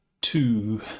two